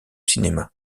cinéma